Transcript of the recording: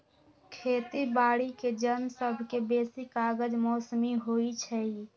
खेती बाड़ीके जन सभके बेशी काज मौसमी होइ छइ